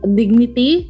dignity